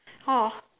orh